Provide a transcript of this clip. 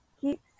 keep